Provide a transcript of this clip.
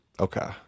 Okay